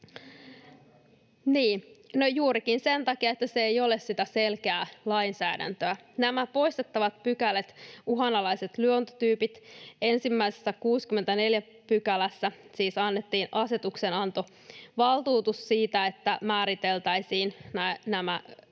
juurikin sen takia, että se ei ole sitä selkeää lainsäädäntöä. Nämä poistettavat pykälät, uhanalaiset luontotyypit: Ensimmäisessä 64 §:ssä siis annettiin asetuksenantovaltuutus siitä, että määriteltäisiin nämä